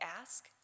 ask